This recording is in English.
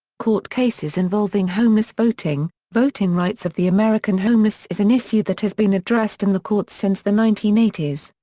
court cases involving homeless voting voting rights of the american homeless is an issue that has been addressed in the courts since the nineteen eighty s.